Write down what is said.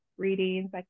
readings